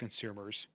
consumers